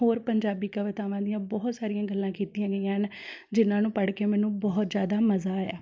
ਹੋਰ ਪੰਜਾਬੀ ਕਵਿਤਾਵਾਂ ਦੀਆਂ ਬਹੁਤ ਸਾਰੀਆਂ ਗੱਲਾਂ ਕੀਤੀਆਂ ਗਈਆਂ ਹਨ ਜਿਨ੍ਹਾਂ ਨੂੰ ਪੜ੍ਹ ਕੇ ਮੈਨੂੰ ਬਹੁਤ ਜ਼ਿਆਦਾ ਮਜ਼ਾ ਆਇਆ